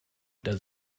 does